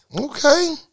Okay